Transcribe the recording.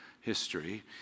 history